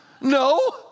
No